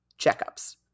checkups